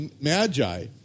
magi